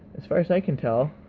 as far as i can tell.